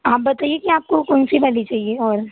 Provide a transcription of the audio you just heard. आप बताइए कि आपको कौन सी वाली चाहिए और